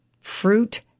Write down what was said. fruit